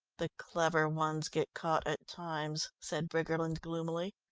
the clever ones get caught at times, said briggerland gloomily.